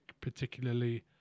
particularly